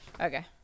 Okay